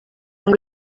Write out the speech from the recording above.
ngo